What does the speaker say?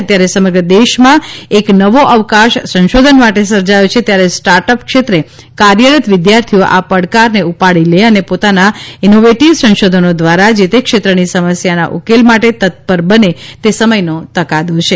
અત્યારે સમગ્ર દેશમાં એક નવો અવકાશ સંશોધન માટે સર્જાયો છે ત્યારે સ્ટાર્ટ અપ ક્ષેત્રે કાર્યરત વિદ્યાર્થીઓ આ પડકારને ઉપાડી લે અને પોતાના ઇનોવેટિવ સંશોધનો દ્વારા જે તે ક્ષેત્રની સમસ્યાના ઉકેલ માટે તત્પર બને તે સમયનો તકાદો છે